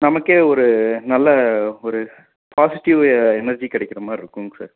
நமக்கே ஒரு நல்ல ஒரு பாஸிட்டிவ் எனர்ஜி கிடைக்கிற மாதிரி இருக்குங்க சார்